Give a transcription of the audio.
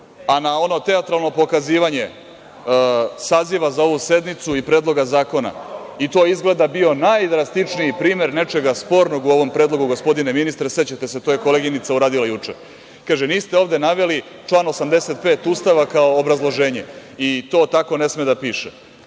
ono teatralno pokazivanje saziva za ovu sednicu i predloga zakona, i to je izgleda bio najdrastičniji primer nečega spornog u ovom predlogu, gospodine ministre, sećate se, to je koleginica uradila juče kaže – niste ovde naveli član 85. Ustava kao obrazloženje, i to tako ne sme da piše. Ono